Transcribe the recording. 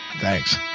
thanks